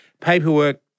paperwork